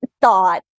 thought